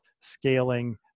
scaling